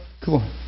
Cool